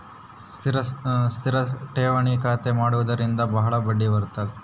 ಸ್ಥಿರ ಠೇವಣಿ ಖಾತೆ ಮಾಡುವುದರಿಂದ ಬಾಳ ಬಡ್ಡಿ ಬರುತ್ತ